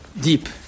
Deep